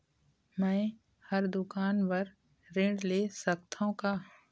मैं हर दुकान बर ऋण ले सकथों का?